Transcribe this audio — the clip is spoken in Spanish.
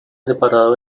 separado